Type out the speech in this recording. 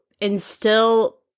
instill